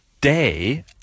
day